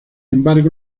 embargo